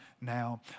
now